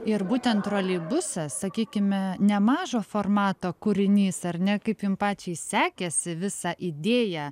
ir būtent troleibusas sakykime nemažo formato kūrinys ar ne kaip jum pačiai sekėsi visą idėją